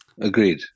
Agreed